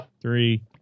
three